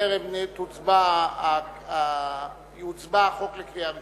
בטרם יובא החוק להצבעה בקריאה ראשונה.